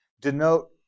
denote